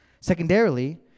Secondarily